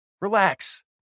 Relax